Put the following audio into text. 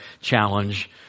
challenge